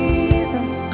Jesus